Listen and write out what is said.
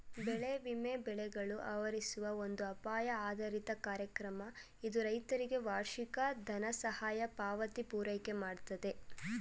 ಬೆಳೆ ವಿಮೆ ಬೆಳೆಗಳು ಆವರಿಸುವ ಒಂದು ಅಪಾಯ ಆಧಾರಿತ ಕಾರ್ಯಕ್ರಮ ಇದು ರೈತರಿಗೆ ವಾರ್ಷಿಕ ದನಸಹಾಯ ಪಾವತಿ ಪೂರೈಕೆಮಾಡ್ತದೆ